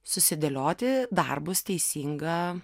susidėlioti darbus teisinga